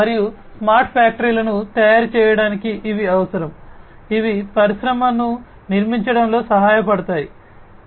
మరియు స్మార్ట్ ఫ్యాక్టరీలను తయారు చేయడానికి ఇవి అవసరం ఇవి పరిశ్రమను నిర్మించడంలో సహాయపడతాయి 4